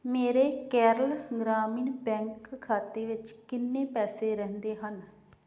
ਮੇਰੇ ਕੇਰਲ ਗ੍ਰਾਮੀਣ ਬੈਂਕ ਖਾਤੇ ਵਿੱਚ ਕਿੰਨੇ ਪੈਸੇ ਰਹਿੰਦੇ ਹਨ